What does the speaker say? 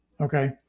okay